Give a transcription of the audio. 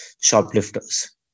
Shoplifters